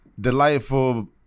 delightful